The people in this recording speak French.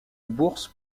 bourse